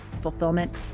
fulfillment